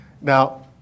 Now